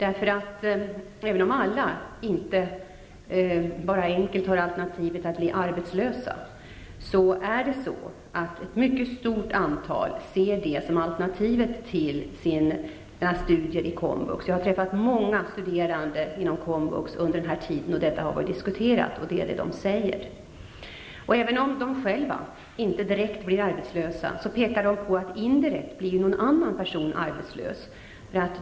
Även om alla inte bara har alternativet att bli arbetslösa, ser ett mycket stort antal människor det som alternativet till sina studier i komvux. Jag har träffat många studerande inom komvux under den här tiden och vi har diskuterat detta. Även om de inte själva direkt blir arbetslösa pekar de på att indirekt blir någon annan person arbetslös.